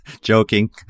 Joking